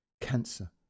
Cancer